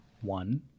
One